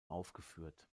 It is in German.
aufgeführt